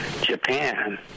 Japan